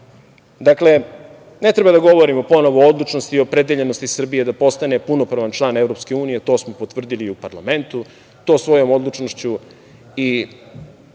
Dakle, ne treba da govorimo ponovo o odlučnosti i opredeljenosti Srbije da postane punopravan član EU, to smo potvrdili i u parlamentu, tom svojom odlučnošću i